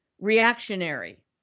reactionary